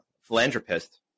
philanthropist